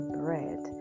bread